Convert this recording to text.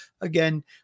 again